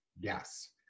Yes